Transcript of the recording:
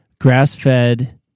grass-fed